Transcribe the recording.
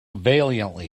valiantly